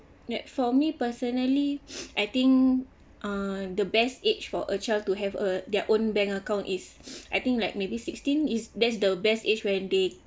like for me personally I think uh the best age for a child to have a their own bank account is I think like maybe sixteen is that's the best age when they